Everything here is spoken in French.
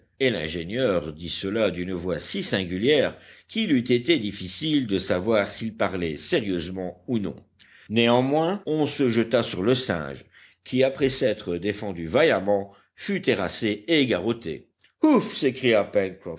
et l'ingénieur dit cela d'une voix si singulière qu'il eût été difficile de savoir s'il parlait sérieusement ou non néanmoins on se jeta sur le singe qui après s'être défendu vaillamment fut terrassé et garrotté ouf s'écria